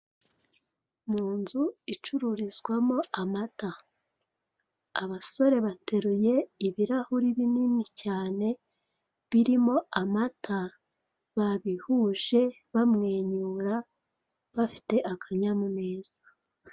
Mu nzu icururizwamo amata. Abasore bateruye ibirahure binini cyane birimo amata, babihuje bamwenyura, bafite akanyamuneza.